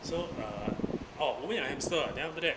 so uh oh 我们有 hamster then after that